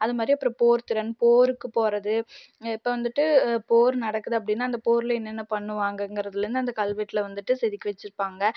அதுமாதிரி அப்புறம் போர்த்திறன் போருக்கு போகிறது இப்போது வந்துட்டு போர் நடக்குது அப்படின்னா அந்த போரில் என்னென்ன பண்ணுவாங்கங்குறதில் இருந்து அந்த கல்வெட்டில் வந்துட்டு செதுக்கி வச்சுருப்பாங்க